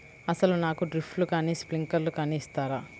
అసలు నాకు డ్రిప్లు కానీ స్ప్రింక్లర్ కానీ ఇస్తారా?